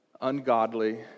ungodly